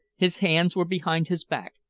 his hands were behind his back,